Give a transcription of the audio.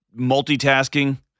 multitasking